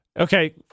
Okay